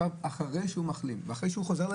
אחרי שהוא מחלים ואחרי שהוא חוזר ללימודים,